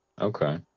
Okay